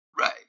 right